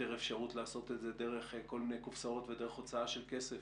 אפשרות לעשות את זה דרך כל מיני קופסאות ודרך הוצאה של כסף